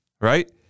right